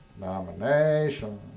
nomination